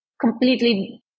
completely